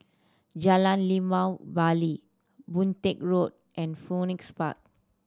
Jalan Limau Bali Boon Teck Road and Phoenix Park